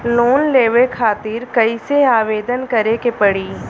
Loan लेवे खातिर कइसे आवेदन करें के पड़ी?